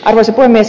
arvoisa puhemies